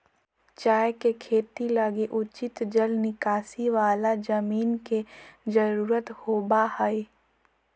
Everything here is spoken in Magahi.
चाय के खेती लगी उचित जल निकासी वाला जमीन के जरूरत होबा हइ